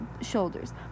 shoulders